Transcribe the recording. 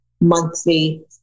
monthly